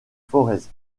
forez